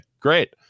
Great